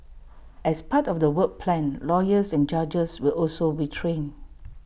as part of the work plan lawyers and judges will also be trained